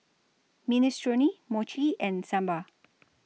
Minestrone Mochi and Sambar